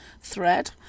thread